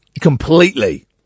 Completely